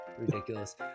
ridiculous